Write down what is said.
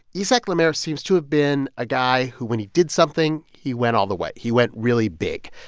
isaac le maire seems to have been a guy who, when he did something, he went all the way. he went really big.